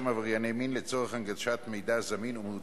עבר בקריאה שלישית וייכנס לספר החוקים של מדינת ישראל.